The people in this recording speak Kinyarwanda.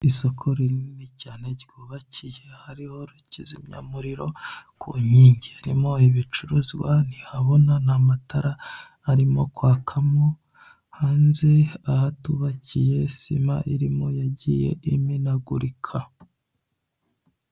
Isoko rinini cyane ryubakiye hariho kizamyamuriro ku nkingi, harimo ibicuruzwa ntihabona ntamatara arimo kwakamo, hanze ahatubakiye sima irimo yagiye imenagurika.